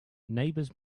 neighbors